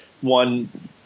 one